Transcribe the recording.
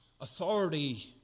authority